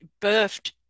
birthed